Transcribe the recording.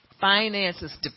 Finances